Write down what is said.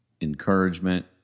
encouragement